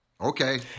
Okay